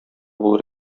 булыр